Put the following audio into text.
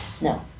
No